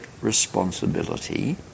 responsibility